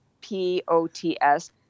P-O-T-S